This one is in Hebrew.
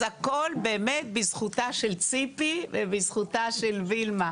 אז הכול באמת בזכותה של ציפי ובזכותה של וילמה.